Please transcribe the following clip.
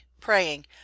praying